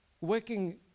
working